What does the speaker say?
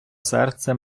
серце